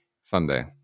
Sunday